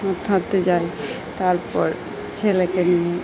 হাঁটতে যাই তারপর ছেলেকে নিয়ে